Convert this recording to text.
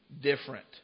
different